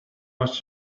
was